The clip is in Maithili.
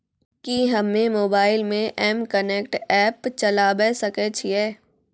कि हम्मे मोबाइल मे एम कनेक्ट एप्प चलाबय सकै छियै?